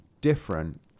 different